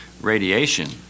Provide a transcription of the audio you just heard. radiation